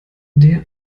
der